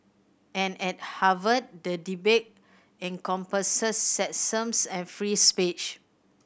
and at Harvard the debate encompasses sexism and free speech